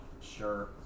sure